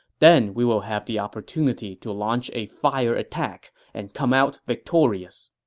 then we will have the opportunity to launch a fire attack and come out victorious.